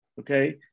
Okay